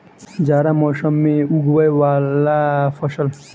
जाड़ा मौसम मे उगवय वला फसल?